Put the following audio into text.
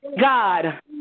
god